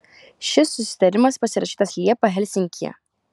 šis susitarimas pasirašytas liepą helsinkyje